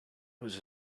was